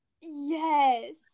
Yes